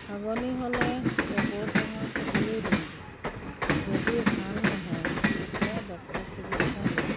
হাগনি হ'লে টেপৰ টেঙা খাবলৈ দিওঁ যদি ভাল নহয় তেতিয়া ডক্তৰৰ চিকিৎসা লওঁ